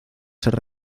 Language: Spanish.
ser